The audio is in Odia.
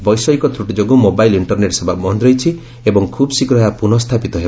ବୈଷୟିକ ତୂଟି ଯୋଗୁଁ ମୋବାଇଲ୍ ଇଣ୍ଟରନେଟ୍ ସେବା ବନ୍ଦ ରହିଛି ଏବଂ ଖୁବ୍ ଶୀଘ୍ର ଏହା ପୁନଃ ସ୍ଥାପିତ ହେବ